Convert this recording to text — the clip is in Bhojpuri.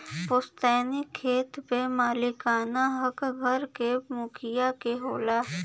पुस्तैनी खेत पे मालिकाना हक घर क मुखिया क होला